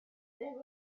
they